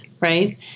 right